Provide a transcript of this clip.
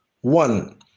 One